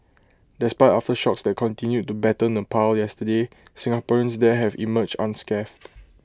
despite aftershocks that continued to batter Nepal yesterday Singaporeans there have emerged unscathed